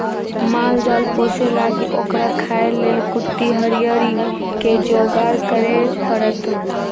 माल जाल पोशे लागी ओकरा खाय् लेल कुट्टी हरियरी कें जोगार करे परत